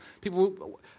People